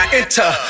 enter